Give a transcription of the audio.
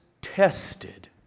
tested